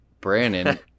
Brandon